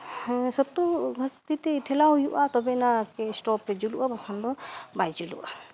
ᱦᱮᱸ ᱥᱚᱠᱛᱚ ᱢᱚᱥᱛᱤᱛᱮ ᱴᱷᱮᱞᱟᱣ ᱦᱩᱭᱩᱜᱼᱟ ᱛᱚᱵᱮᱭᱟᱱᱟ ᱥᱴᱳᱵᱷ ᱡᱩᱞᱩᱜᱼᱟ ᱵᱟᱠᱷᱟᱱ ᱫᱚ ᱵᱟᱭ ᱡᱩᱞᱩᱜᱼᱟ